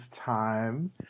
time